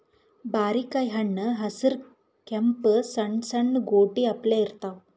ಬಾರಿಕಾಯಿ ಹಣ್ಣ್ ಹಸ್ರ್ ಕೆಂಪ್ ಸಣ್ಣು ಸಣ್ಣು ಗೋಟಿ ಅಪ್ಲೆ ಇರ್ತವ್